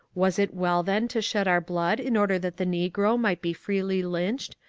was it well then to shed our blood in order that the negro might be freely lynched,